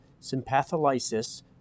sympatholysis